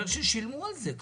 ששילמו על זה.